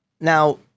Now